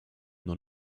nur